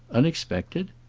unexpected?